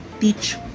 Teach